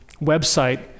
website